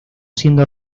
siendo